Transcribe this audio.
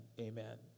Amen